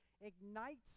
ignites